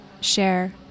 share